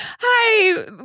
hi